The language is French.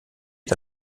est